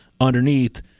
underneath